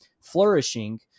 flourishing—